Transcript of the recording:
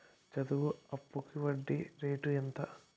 చదువు అప్పుకి వడ్డీ రేటు ఎంత?